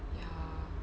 ya